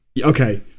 Okay